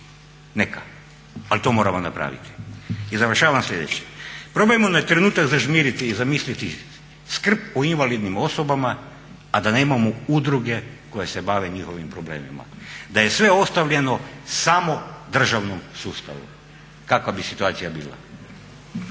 Neka, ali to moramo napraviti. I završavam sljedećim, probajmo na trenutak zažmiriti i zamisliti skrb o invalidnim osobama a da nemamo udruge koje se bave njihovim problemima. Da je sve ostavljeno samo državnom sustavu kakva bi situacija bila?